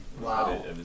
Wow